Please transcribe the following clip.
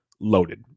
loaded